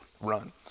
run